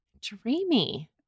dreamy